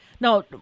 Now